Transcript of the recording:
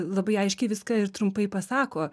labai aiškiai viską ir trumpai pasako